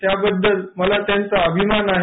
याबद्दल मला त्यांचा अभिमान आहे